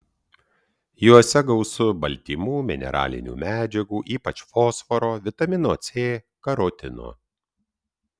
juose gausu baltymų mineralinių medžiagų ypač fosforo vitamino c karotino